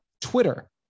Twitter